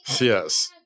Yes